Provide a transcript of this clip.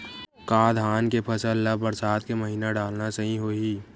का धान के फसल ल बरसात के महिना डालना सही होही?